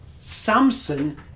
Samson